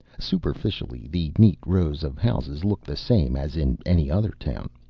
superficially, the neat rows of houses looked the same as in any other town.